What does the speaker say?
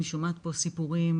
אני שומעת פה הסיפורים,